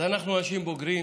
אז אנחנו אנשים בוגרים,